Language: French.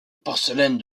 porcelaine